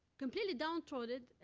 completely downtrodden,